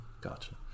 Gotcha